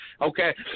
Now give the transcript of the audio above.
Okay